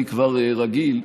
אני כבר רגיל,